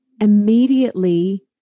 immediately